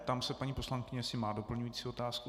Ptám se paní poslankyně, jestli má doplňující otázku.